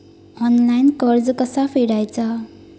Online कर्ज कसा फेडायचा?